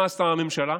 מה עשתה הממשלה?